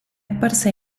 apparsa